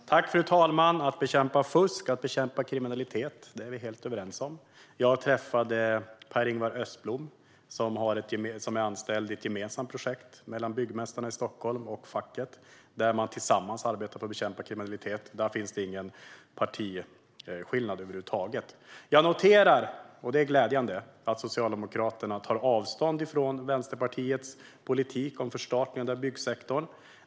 Fru talman! När det gäller att bekämpa fusk och att bekämpa kriminalitet är vi helt överens. Jag träffade Peringvar Östblom, som är anställd i ett gemensamt projekt mellan byggmästarna i Stockholm och facket, där man arbetar tillsammans för att bekämpa kriminalitet. Där finns det ingen partiskillnad över huvud taget. Jag noterar - och det är glädjande - att Socialdemokraterna tar avstånd från Vänsterpartiets politik om förstatligande av byggsektorn.